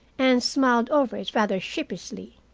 and smiled over it rather sheepishly.